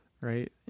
right